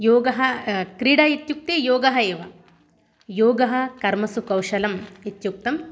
योगः क्रीडा इत्युक्ते योगः एव योगः कर्मसु कौशलम् इत्युक्तम्